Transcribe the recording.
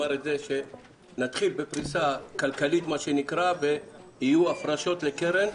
שנתחיל בפריסה כלכלית מה שנקרא ויהיו הפרשות לקרן.